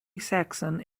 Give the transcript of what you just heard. saxon